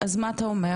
אז מה אתה אומר?